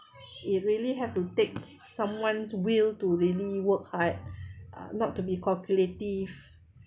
you really have to take someone's will to really work hard uh not to be calculative